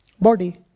body